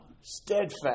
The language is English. Steadfast